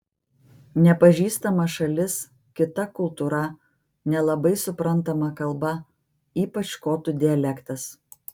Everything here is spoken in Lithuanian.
nepažįstama šalis kita kultūra nelabai suprantama kalba ypač škotų dialektas